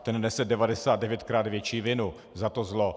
Ten nese 99krát větší vinu za to zlo.